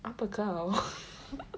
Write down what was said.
apa kau